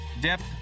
depth